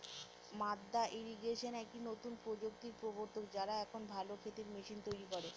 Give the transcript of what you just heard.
মাদ্দা ইরিগেশন একটি নতুন প্রযুক্তির প্রবর্তক, যারা এখন ভালো ক্ষেতের মেশিন তৈরী করে